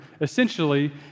essentially